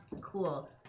cool